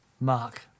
Mark